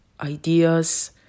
ideas